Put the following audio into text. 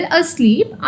asleep